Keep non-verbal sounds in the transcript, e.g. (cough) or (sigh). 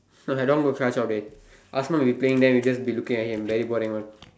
(laughs) I don't want dey Asman will be playing then we just be looking at him very boring one